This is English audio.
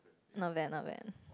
not bad not bad